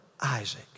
Isaac